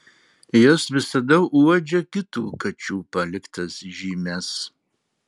jos visada uodžia kitų kačių paliktas žymes